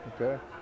Okay